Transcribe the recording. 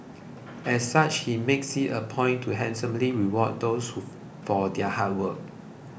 as such he makes it a point to handsomely reward them for their hard work